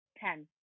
ten